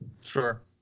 Sure